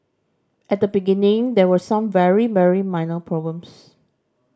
at the beginning there were some very very minor problems